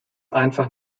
einfach